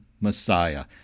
Messiah